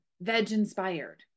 veg-inspired